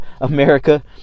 America